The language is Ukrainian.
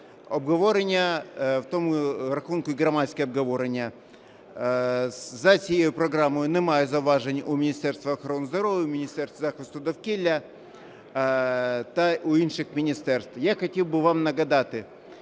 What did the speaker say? обговорення, у тому рахунку і громадське обговорення. За цією програмою немає зауважень у Міністерства охорони здоров'я, Міністерства захисту довкілля та в інших міністерств. Я хотів би вам нагадати,